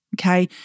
Okay